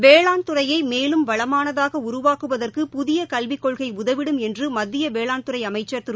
வேளாண்துறையை மேலும் வளமானதாக உருவாக்குவதற்கு புதிய கல்விக்கொள்கை உதவிடும் என்று வேளாண்துறை மத்திய அமைச்சர் திரு